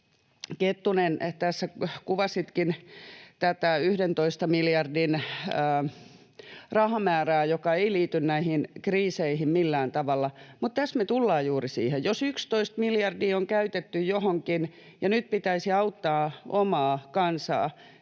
Kettunen, tässä kuvasitkin tätä 11 miljardin rahamäärää, joka ei liity näihin kriiseihin millään tavalla, mutta tässä me tulemme juuri siihen: Jos 11 miljardia on käytetty johonkin ja nyt pitäisi auttaa omaa kansaa